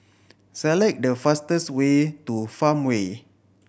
select the fastest way to Farmway